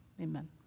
amen